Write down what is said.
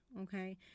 okay